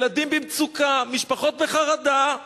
ילדים במצוקה, משפחות בחרדה.